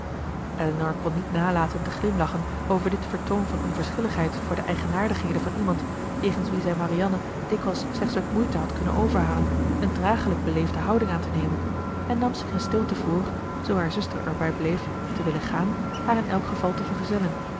elinor kon niet nalaten te glimlachen over dit vertoon van onverschilligheid voor de eigenaardigheden van iemand jegens wie zij marianne dikwijls slechts met moeite had kunnen overhalen een dragelijk beleefde houding aan te nemen en nam zich in stilte voor zoo haar zuster erbij bleef te willen gaan haar in elk geval te vergezellen